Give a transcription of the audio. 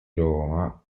roma